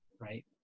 right